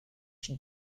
from